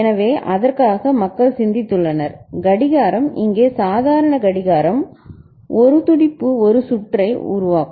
எனவே அதற்காக மக்கள் சிந்தித்துள்ளனர் கடிகாரம் இங்கே சாதாரண கடிகாரம் மற்றும் ஒரு துடிப்பு ஒரு சுற்றை உருவாக்கும்